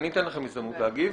אני אתן לכם הזדמנות להגיב.